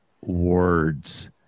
words